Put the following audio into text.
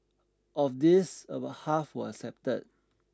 of these about half were accepted